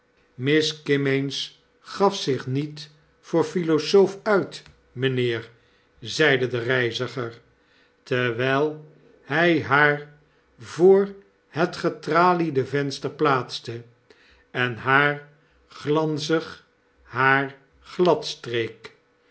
miss kimmeens gaf zich niet voor philosoof uit mijnheer zeide de reiziger terwijl hg haar voor het getraliede venster plaatste en haar glanzig haar